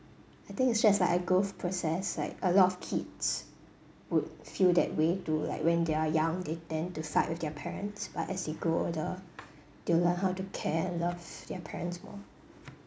I think it's just like a growth process like a lot of kids would feel that way to like when they're young they tend to fight with their parents but as they grow older they will learn how to care and love their parents more